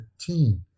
team